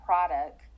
product